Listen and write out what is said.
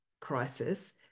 crisis